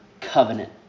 covenant